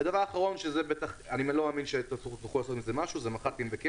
התעשייה הולכת ומתקדמת,